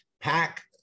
Pack